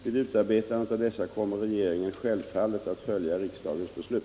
Vid utarbetandet av dessa kommer regeringen självfallet att följa riksdagens beslut.